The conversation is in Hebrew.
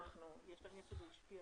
הוועדה היא זו שאישרה